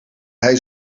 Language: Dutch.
hij